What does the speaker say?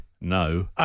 no